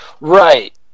Right